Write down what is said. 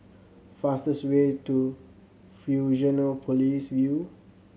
fastest way to Fusionopolis View